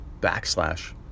backslash